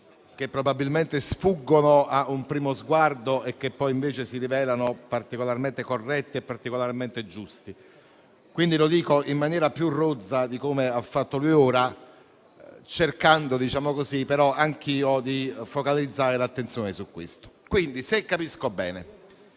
che probabilmente sfuggono a un primo sguardo e che poi invece si rivelano particolarmente corretti e giusti. Quindi lo dico in maniera più rozza di come ha fatto lui ora, cercando però anch'io di focalizzare l'attenzione su questo punto. Se capisco bene,